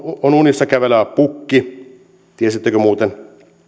on unissaan kävelevä pukki tiesittekö muuten